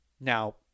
Now